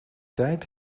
tijd